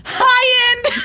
high-end